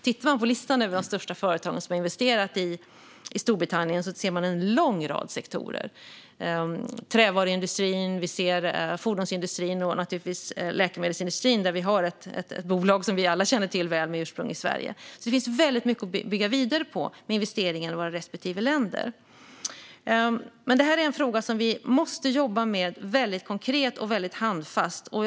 Tittar man på listan över de största företag som har investerat i Storbritannien ser man en lång rad sektorer: trävaruindustrin, fordonsindustrin och naturligtvis läkemedelsindustrin, där vi har ett bolag med ursprung i Sverige som vi alla känner till väl. Det finns alltså väldigt mycket att bygga vidare på när det gäller investeringar i våra respektive länder. Detta är en fråga som vi måste jobba väldigt konkret och handfast med.